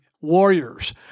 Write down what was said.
warriors